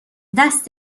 دست